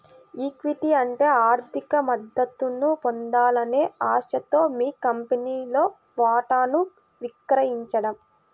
equity అంటే ఆర్థిక మద్దతును పొందాలనే ఆశతో మీ కంపెనీలో వాటాను విక్రయించడం